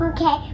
Okay